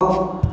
off